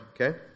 okay